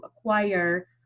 acquire